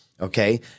okay